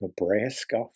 Nebraska